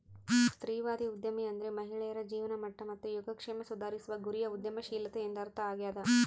ಸ್ತ್ರೀವಾದಿ ಉದ್ಯಮಿ ಅಂದ್ರೆ ಮಹಿಳೆಯರ ಜೀವನಮಟ್ಟ ಮತ್ತು ಯೋಗಕ್ಷೇಮ ಸುಧಾರಿಸುವ ಗುರಿಯ ಉದ್ಯಮಶೀಲತೆ ಎಂದರ್ಥ ಆಗ್ಯಾದ